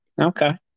Okay